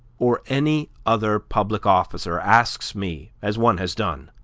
or any other public officer, asks me, as one has done,